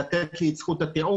לתת לי את זכות הטיעון,